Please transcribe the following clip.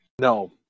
No